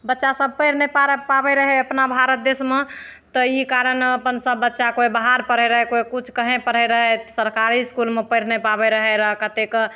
बच्चासभ पढ़ि नहि पार पाबै रहै भारत देसमे ताहि कारणसे बच्चा कोइ बाहर पढ़ै रहै कोइ किछु कहीँ पढ़ैत रहै तऽ सरकारी इसकूलमे पढ़ि नहि पाबै रहै रऽ कतेकके